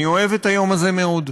אני אוהב את היום הזה מאוד,